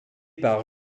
par